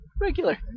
regular